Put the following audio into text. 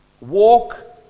Walk